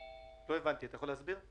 לא הבנתי, אתה יכול להסביר?